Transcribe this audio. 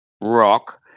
rock